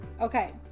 Okay